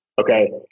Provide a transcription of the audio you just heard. okay